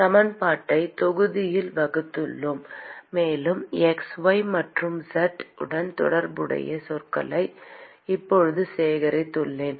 சமன்பாட்டை தொகுதியால் வகுத்துள்ளேன் மேலும் xy மற்றும் z உடன் தொடர்புடைய சொற்களை இப்போது சேகரித்துள்ளேன்